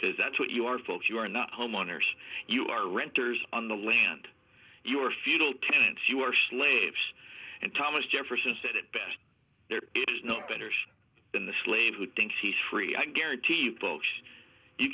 because that's what you are folks you are not homeowners you are renters on the land you are futile tenants you are slaves and thomas jefferson said it best there is no betters in the slave who thinks he is free i guarantee bush you